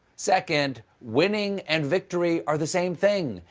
second, winning and victory are the same thing.